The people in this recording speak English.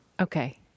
Okay